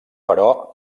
però